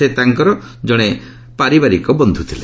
ସେ ତାଙ୍କର ଜଣେ ପାରିବାରିକ ବନ୍ଧୁ ଥିଲେ